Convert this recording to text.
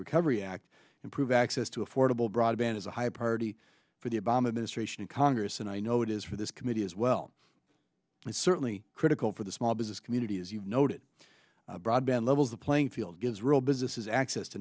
recovery act improve access to affordable broadband is a high priority for the obama administration and congress and i know it is for this committee as well and certainly critical for the small business community as you noted broadband levels the playing field gives real businesses access to